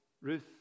Ruth